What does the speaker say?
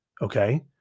okay